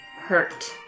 hurt